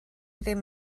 ddim